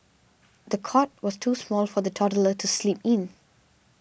the cot was too small for the toddler to sleep in